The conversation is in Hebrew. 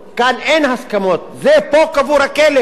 כאן אין הסכמות, פה קבור הכלב.